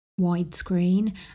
widescreen